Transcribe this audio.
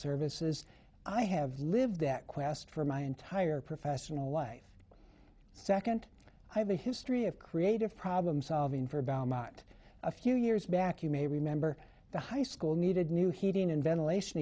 services i have lived that quest for my entire professional life second i have a history of creative problem solving for about mot a few years back you may remember the high school needed new heating and ventilation